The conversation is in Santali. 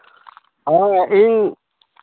ᱦᱮᱸ ᱤᱧ